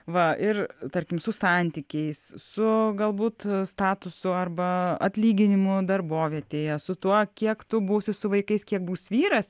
va ir tarkim su santykiais su galbūt statusu arba atlyginimu darbovietėje su tuo kiek tu būsi su vaikais kiek bus vyras